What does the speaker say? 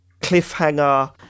cliffhanger